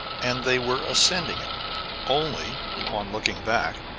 and they were ascending it only, upon looking back,